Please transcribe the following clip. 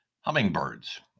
hummingbirds